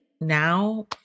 Now